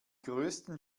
größten